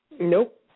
Nope